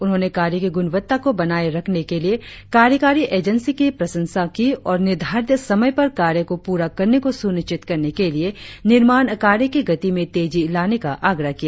उन्होंने कार्य की गुणवत्ता को बनाए रखने के लिए कार्यकारी एजेंसी की प्रशंसा की और निर्धारित समय पर कार्य को पूरा करने को सुनिश्चित करने के लिए निर्माण कार्य की गति में तेजी लाने का आग्रह किया